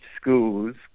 schools